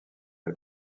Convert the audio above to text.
les